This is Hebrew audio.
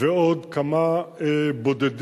ועוד כמה בודדים,